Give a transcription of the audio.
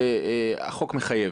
מה שהחוק מחייב.